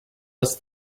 must